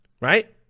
Right